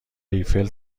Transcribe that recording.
ایفل